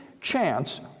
chance